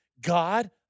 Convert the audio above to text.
God